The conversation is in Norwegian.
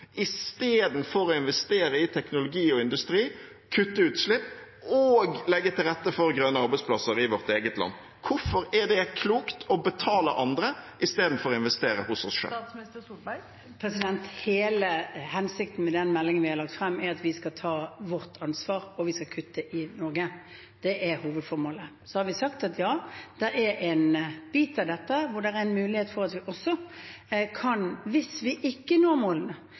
å investere i teknologi og industri, kutte utslipp og legge til rette for grønne arbeidsplasser i vårt eget land. Hvorfor er det klokt å betale andre i stedet for å investere hos oss selv? Hele hensikten med den meldingen vi har lagt frem, er at vi skal ta vårt ansvar, og vi skal kutte i Norge. Det er hovedformålet. Så har vi sagt at ja, det er en bit av dette hvor det er en mulighet for at vi også – hvis vi ikke når målene,